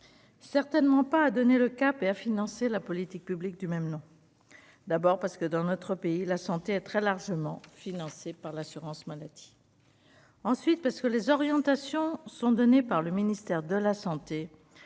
certainement pas a donné le cap et à financer la politique publique du même nom, d'abord parce que dans notre pays, la santé est très largement financé par l'assurance maladie, ensuite parce que les orientations sont donnés par le ministère de la Santé,